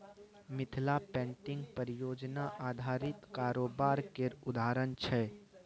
Mithila painting परियोजना आधारित कारोबार केर उदाहरण छै